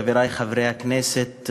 חברי חברי הכנסת,